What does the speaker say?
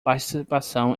participação